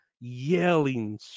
yelling